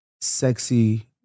sexy